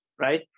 right